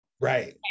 Right